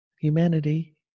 humanity